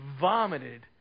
vomited